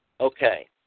Okay